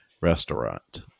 restaurant